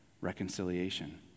Reconciliation